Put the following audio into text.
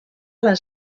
les